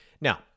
now—